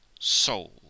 soul